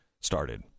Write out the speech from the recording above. started